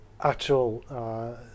actual